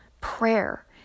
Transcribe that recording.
prayer